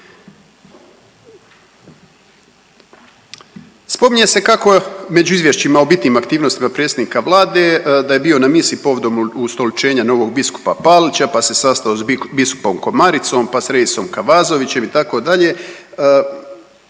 Spominje se kako među izvješćima o bitnim aktivnosti predsjednika Vlade, da je bio na misi povodom ustoličenja novog biskupa Palića pa se sastao s biskupom Komaricom pa reisom Kavazovićem, itd.,